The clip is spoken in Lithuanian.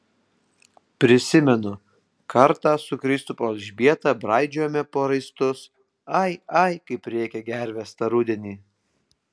prisimenu kartą su kristupo elžbieta braidžiojome po raistus ai ai kaip rėkė gervės tą rudenį